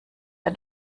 ein